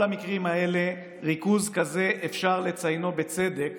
בכל המקרים האלה ריכוז כזה אפשר לציינו בצדק